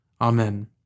Amen